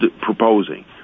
proposing